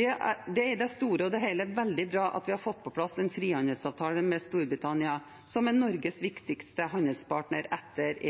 Det er i det store og hele veldig bra at vi har fått på plass en frihandelsavtale med Storbritannia, som er Norges viktigste handelspartner etter